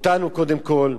אותנו קודם כול,